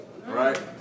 Right